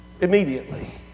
immediately